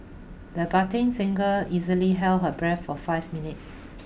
the budding singer easily held her breath for five minutes